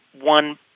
one